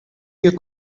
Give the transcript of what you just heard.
you